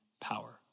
power